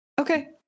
Okay